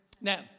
Now